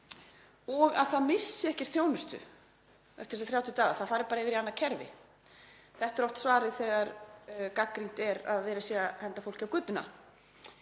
og að það missi ekki þjónustu eftir 30 daga, að það fari bara yfir í annað kerfi. Þetta er oft svarið þegar gagnrýnt er að verið sé að henda fólki á götuna.